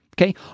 Okay